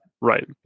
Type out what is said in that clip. Right